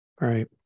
Right